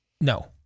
No